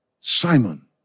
Simon